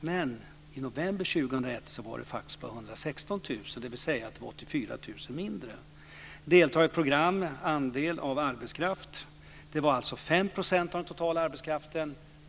Men i november 2001 var det faktiskt bara 116 000, dvs. det var 84 000 mindre! Andelen deltagare i program av arbetskraften var 5 % av den totala arbetskraften.